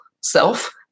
self